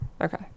Okay